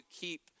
keep